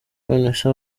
nonese